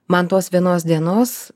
man tos vienos dienos